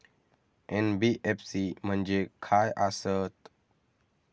NBFC म्हणजे खाय आसत?